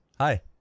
Hi